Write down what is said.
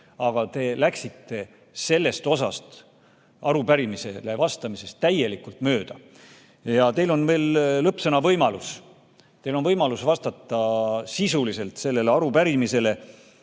Aga te läksite sellest osast arupärimisele vastamisel täielikult mööda. Aga teil on veel lõppsõna võimalus, teil on võimalus vastata sisuliselt arupärimisele